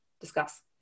discuss